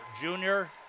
junior